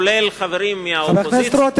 כולל חברים מהאופוזיציה.